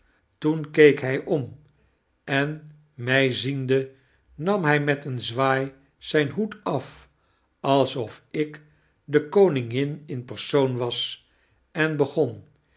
toen keek hij om en my ziende nam hjj met een zwaai zyn hoed af alsof ik de koningin in persoon was en begon